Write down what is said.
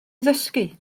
ddysgu